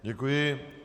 Děkuji.